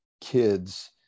kids